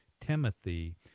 Timothy